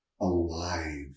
alive